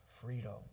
freedom